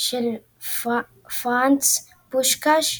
של פרנץ פושקש,